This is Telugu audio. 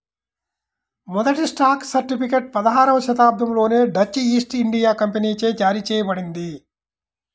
మొదటి స్టాక్ సర్టిఫికేట్ పదహారవ శతాబ్దంలోనే డచ్ ఈస్ట్ ఇండియా కంపెనీచే జారీ చేయబడింది